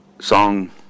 song